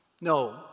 No